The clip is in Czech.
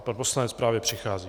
Pan poslanec právě přichází.